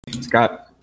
Scott